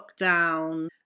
lockdown